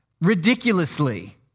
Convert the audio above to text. ridiculously